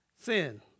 sin